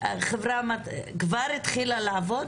החברה כבר התחילה לעבוד,